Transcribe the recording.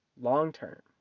long-term